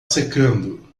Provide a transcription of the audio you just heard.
secando